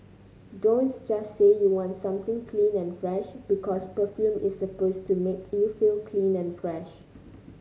don't just say you want something clean and fresh because perfume is supposed to make you feel clean and fresh